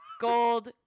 gold